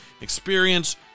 experience